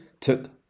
took